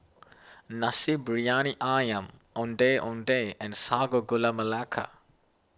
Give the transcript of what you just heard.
Nasi Briyani Ayam Ondeh Ondeh and Sago Gula Melaka